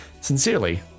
sincerely